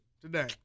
today